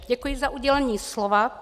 Děkuji za udělení slova.